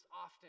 often